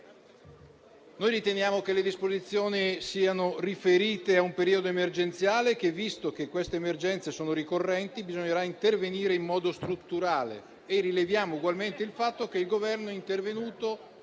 Noi riteniamo che le disposizioni siano riferite a un periodo emergenziale e che visto che queste emergenze sono ricorrenti, bisognerà intervenire in modo strutturale. Rileviamo ugualmente il fatto che il Governo è intervenuto